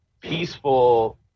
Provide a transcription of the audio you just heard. peaceful